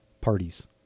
parties